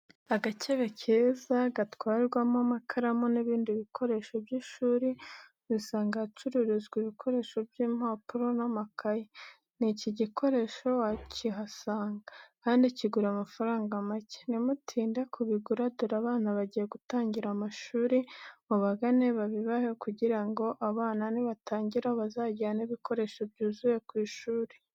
Agakebe keza gatwarwamo amakaramu n'ibindi bikoresho by'ishuri ubisanga ahacururizwa ibikoresho by'impapuro n'amakayi n'iki gikoresho wakihasanga, kandi kigura amafaranga make. Ntimutinde kubigura dore abana bagiye gutangira amashuri. Mubagane babibahe kugira ngo abana nibatangira bazajyane ibikoresho byuzuye ku ishuri.